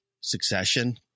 Succession